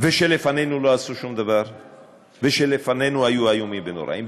ושלפנינו לא עשו שום דבר ושלפנינו היו איומים ונוראים.